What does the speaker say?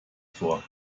vor